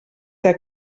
que